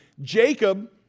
Jacob